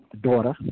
daughter